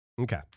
Okay